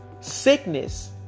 Sickness